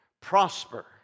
Prosper